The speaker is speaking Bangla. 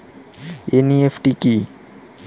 এন.ই.এফ.টি কি?